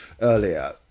earlier